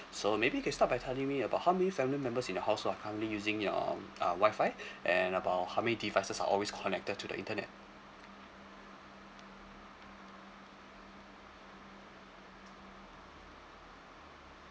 so maybe you can start by telling me about how many family members in the household are currently using your um uh WI-FI and about how many devices are always connected to the internet